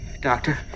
doctor